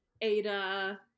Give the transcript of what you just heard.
Ada